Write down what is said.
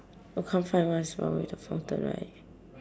or can't find what's wrong with the fountain right